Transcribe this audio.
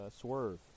Swerve